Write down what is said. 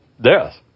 death